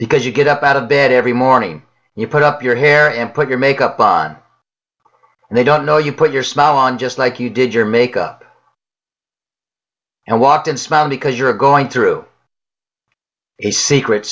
because you get up out of bed every morning you put up your hair and put your makeup on and they don't know you put your smile on just like you did your make up and walked and smile because you're going through a secret